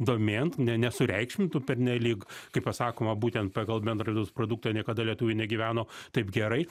domėn ne nesureikšmintų pernelyg kai pasakoma būtent pagal bendrą vidaus produktą niekada lietuviai negyveno taip gerai